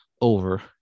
over